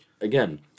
Again